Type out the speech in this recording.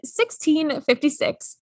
1656